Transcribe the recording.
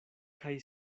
kaj